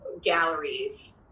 galleries